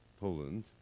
Poland